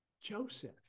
Joseph